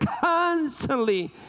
constantly